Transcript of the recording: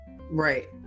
Right